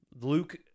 Luke